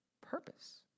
purpose